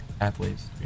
athletes